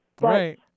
Right